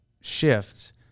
shift